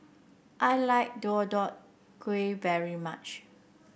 I like Deodeok Gui very much